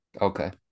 Okay